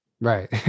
right